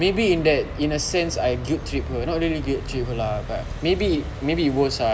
maybe in that in a sense I guilt trip her not really guilt trip her lah but maybe maybe it was ah